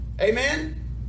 Amen